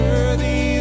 Worthy